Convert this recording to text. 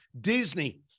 Disney